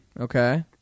Okay